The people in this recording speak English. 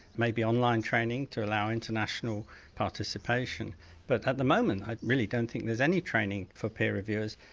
maybe online training to allow international participation but at the moment i really don't think there's any training for peer reviewers.